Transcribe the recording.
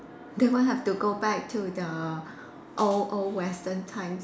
they won't have to go back to the old old Western times